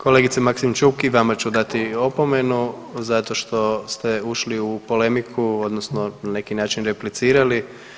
Kolegice Maksimčuk, i vama ću dati opomenu zato što ste ušli u polemiku, odnosno na neki način replicirali.